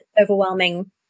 overwhelming